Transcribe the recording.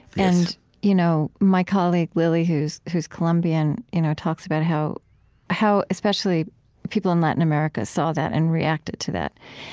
and you know my colleague lily, who's who's colombian, you know talks about how how especially people in latin america saw that and reacted to that.